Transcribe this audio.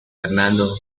fernando